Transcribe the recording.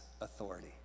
authority